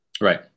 Right